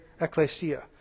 ecclesia